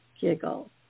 giggle